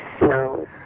no